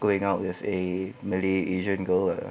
going out with a malay asian girl ah